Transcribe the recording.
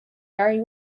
very